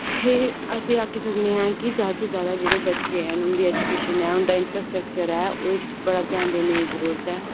ते अस एह् आक्खी सकने आं की जादै कोला जादै जेह्के बच्चे न उंदी एजूकेशन ऐ उंदा इंफ्रास्टर्क्चर ऐ ते थोह्ड़ा नेहा ध्यान देने दी जरूरत ऐ